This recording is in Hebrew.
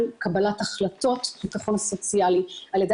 קבלת החלטות בטחון סוציאלי על ידי